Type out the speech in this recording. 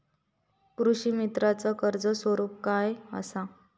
कृषीमित्राच कर्ज स्वरूप काय असा?